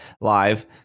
live